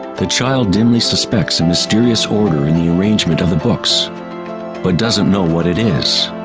the child dimly suspects a mysterious order in the arrangement of the books but doesn't know what it is.